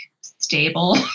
stable